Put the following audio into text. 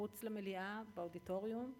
מחוץ למליאה, באודיטוריום.